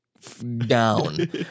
down